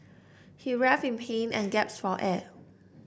he writhed in pain and for air